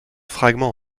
fragment